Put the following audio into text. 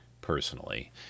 personally